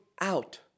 out